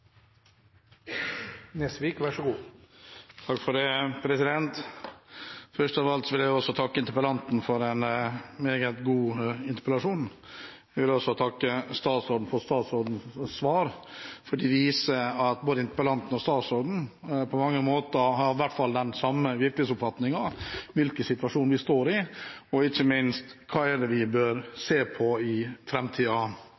Først av alt vil jeg også takke interpellanten for en meget god interpellasjon, og jeg vil takke statsråden for svaret, for det viser at både interpellanten og statsråden på mange måter i hvert fall har den samme virkelighetsoppfatningen av hvilken situasjon vi står i, og ikke minst hva det er vi bør se på i framtiden. Det er helt åpenbart at vi